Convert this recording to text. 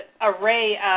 array